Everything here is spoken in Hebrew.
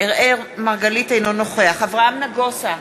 אינו נוכח אברהם נגוסה,